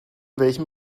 welchem